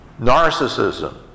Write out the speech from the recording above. narcissism